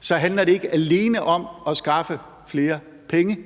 det, handler det ikke alene om at skaffe flere penge;